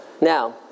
Now